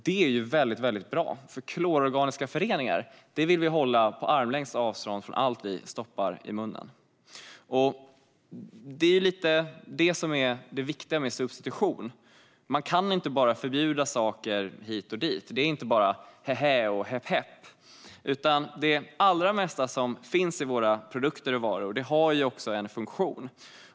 Det är väldigt bra, för klororganiska föreningar vill vi hålla på armlängds avstånd från allt vi stoppar i munnen. Det är lite det som är det viktiga med substitution: Man kan inte bara förbjuda saker hit och dit. Det är inte bara "hähä och häpp häpp", utan det allra mesta som finns i våra produkter och varor har också en funktion.